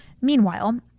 Meanwhile